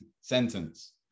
sentence